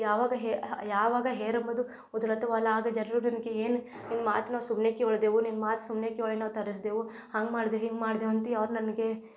ಯಾವಾಗ ಯಾವಾಗ ಹೇರಂಬುದು ಉದ್ಲತ್ತೆವಲ ಆಗ ಜನರು ಬಿ ನಿನಗೆ ಏನು ನಿನ್ನ ಮಾತು ನಾವು ಸುಮ್ಮನೆ ಕೇಳ್ದೆವು ನಿನ್ನ ಮಾತು ಸುಮ್ಮನೆ ಕೇಳ್ ನಾವು ತರಿಸ್ದೆವು ಹಂಗೆ ಮಾಡ್ದೆವು ಹಿಂಗೆ ಮಾಡ್ದೆವು ಅಂತ ಅವ್ರ್ ನನಗೆ